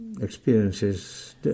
experiences